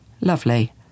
Lovely